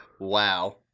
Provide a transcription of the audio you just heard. Wow